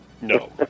No